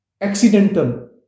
accidental